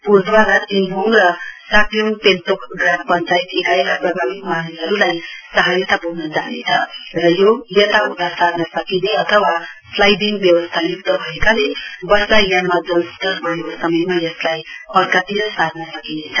प्लद्वारा तिङभोग र साक्योङ पेन्तोक ग्राम पञ्चायत इकाइका प्रभावित मानिसहरूलाई सहायता प्ग्न जानेछ र यो यता उता सार्न सकिने अत्यन्त स्लाइडिङ व्यवस्था भएकाले वर्षायाममा जलस्तर बढेको समयमा यसलाई अर्कातिर सार्न सकिनेछ